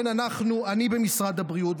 אני במשרד הבריאות,